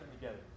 together